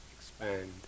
expand